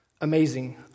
Amazing